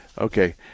Okay